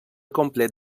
complet